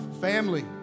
family